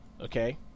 okay